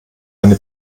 eine